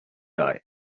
die